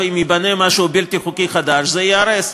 ואם ייבנה משהו בלתי חוקי חדש, זה ייהרס.